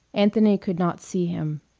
anthony could not see him.